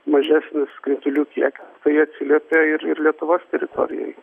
mažesnis kritulių kiekis tai atsiliepia ir ir lietuvos teritorijoj